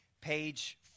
page